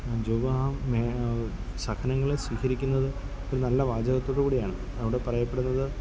job ആ സഹനങ്ങളെ സ്വീകരിക്കുന്നത് ഒരു നല്ല വാചകത്തോട് കൂടിയാണ് അവിടെപ്പറയപ്പെടുന്നത്